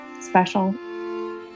special